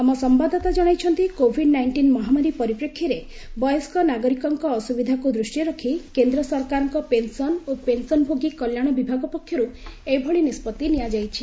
ଆମ ସମ୍ଭାଦଦାତା କଣାଇଛନ୍ତି କୋଭିଡ୍ ନାଇଷ୍ଟିନ୍ ମହାମାରୀ ପରିପ୍ରେକ୍ଷୀରେ ବୟସ୍କ ନାଗରିକଙ୍କ ଅସୁବିଧାକୁ ଦୃଷ୍ଟିରେ ରଖି କେନ୍ଦ୍ର ସରକାରଙ୍କ ପେନ୍ସନ୍ ଓ ପେନ୍ସନ୍ଭୋଗୀ କଲ୍ୟାଣ ବିଭାଗ ପକ୍ଷରୁ ଏଭଳି ନିଷ୍ପତ୍ତି ନିଆଯାଇଛି